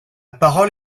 parole